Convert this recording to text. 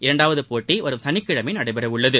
இரண்டாவது போட்டி வரும் சனிக்கிழமை நடைபெறவுள்ளது